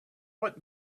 what